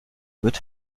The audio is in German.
wird